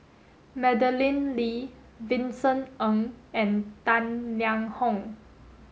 Madeleine Lee Vincent Ng and Dan Liang Hong